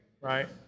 right